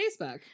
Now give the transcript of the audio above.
facebook